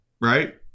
right